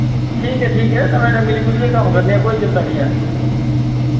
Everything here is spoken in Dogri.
ठीक ऐ ठीक ऐ दमै जने मिली जुलियै कम्म करने आं कोई चिंता निं ऐ